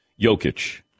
Jokic